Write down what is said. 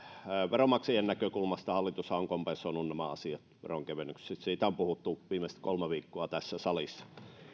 veronmaksajien näkökulmastahan hallitus on kumminkin kompensoinut nämä asiat veronkevennyksin siitä on puhuttu viimeiset kolme viikkoa tässä salissa